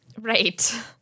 right